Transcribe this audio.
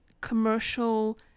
commercial